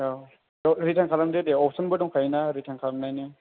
औ रिटार्न खालामदो दे अपसनबो दंखायो ना रिटार्न खालामनायनि